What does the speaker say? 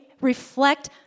reflect